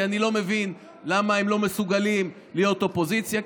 כי אני לא מבין למה הם לא מסוגלים להיות אופוזיציה,